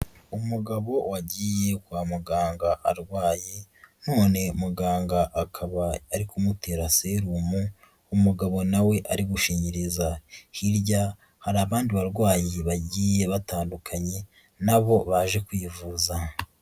Umugabo wagiye kwa muganga arwaye, none muganga akaba ari kumutera serumu, umugabo nawe ari gushinyiriza, hirya hari abandi barwayi bagiye batandukanye, na bo baje kwivuza.